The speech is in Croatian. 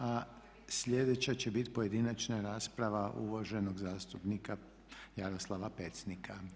A slijedeća će biti pojedinačna rasprava uvaženog zastupnika Jaroslava Pecnika.